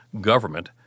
government